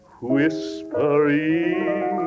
whispering